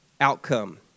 outcome